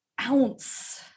ounce